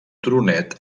turonet